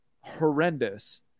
horrendous